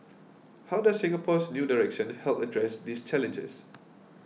how does Singapore's new direction help address these challenges